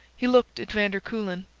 he looked at van der kuylen.